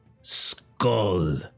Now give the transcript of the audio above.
skull